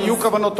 היו כוונות טובות.